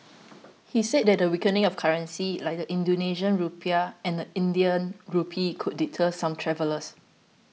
he said the weakening of currencies like the Indonesian Rupiah and Indian Rupee could deter some travellers